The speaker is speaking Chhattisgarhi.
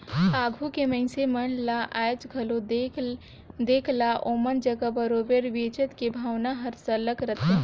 आघु के मइनसे मन ल आएज घलो देख ला ओमन जग बरोबेर बचेत के भावना हर सरलग रहथे